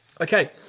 Okay